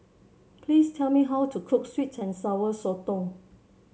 please tell me how to cook sweet and Sour Sotong